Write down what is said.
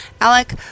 Alec